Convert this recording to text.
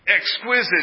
Exquisite